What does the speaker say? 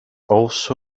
also